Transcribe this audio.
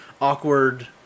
awkward